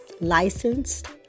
licensed